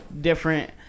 different